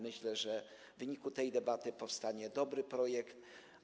Myślę, że w wyniku tej debaty powstanie dobry projekt.